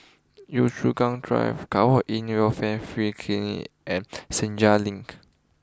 Yio Chu Kang Drive Kwan in Welfare Free Clinic and Senja Link